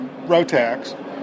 Rotax